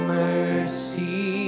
mercy